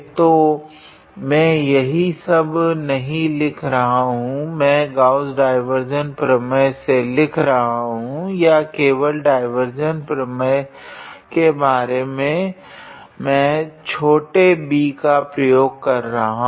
तो मैं यही सब नहीं लिख रहा हूँ मैं गॉस डाइवार्जेंस प्रमेय से लिख रहा हूँ या केवल डाइवार्जेंस प्रमेय से कुछ बार मैं छोटे d का प्रयोग कर रहा हूँ